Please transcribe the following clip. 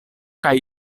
kaj